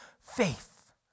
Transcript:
faith